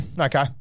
okay